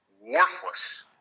worthless